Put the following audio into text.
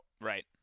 Right